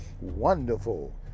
wonderful